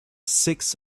six